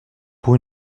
pour